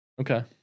Okay